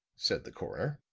said the coroner.